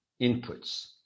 inputs